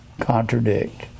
contradict